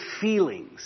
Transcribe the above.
feelings